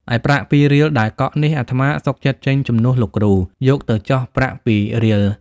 ឯប្រាក់ ២ រៀលដែលកក់នេះ អាត្មាសុខចិត្តចេញជំនួសលោកគ្រូ "យកទៅចុះ ប្រាក់ ២ រៀល"។